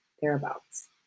thereabouts